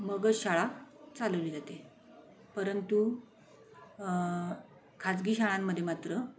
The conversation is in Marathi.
मगच शाळा चालवली जाते परंतु खाजगी शाळांमध्ये मात्र